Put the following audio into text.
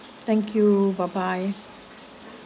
thank you bye bye